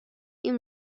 این